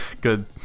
good